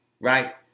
right